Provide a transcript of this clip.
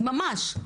ממש.